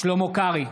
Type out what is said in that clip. שלמה קרעי,